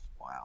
Wow